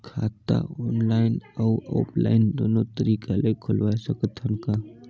खाता ऑनलाइन अउ ऑफलाइन दुनो तरीका ले खोलवाय सकत हन का?